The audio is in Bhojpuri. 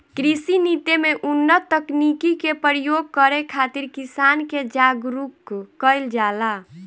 कृषि नीति में उन्नत तकनीकी के प्रयोग करे खातिर किसान के जागरूक कईल जाला